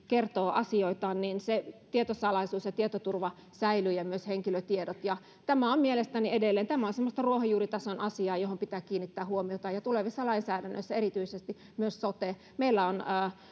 kertoo asioitaan tietosalaisuus ja tietoturva säilyy ja myös henkilötiedot tämä on mielestäni edelleen tämä on semmoista ruohonjuuritason asiaa johon pitää kiinnittää huomiota myös tulevissa lainsäädännöissä erityisesti sotessa meillä on